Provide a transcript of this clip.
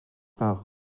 par